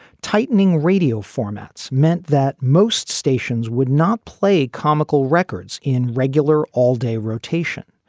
tightening radio formats meant that most stations would not play comical records in regular all day rotation,